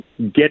get